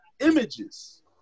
images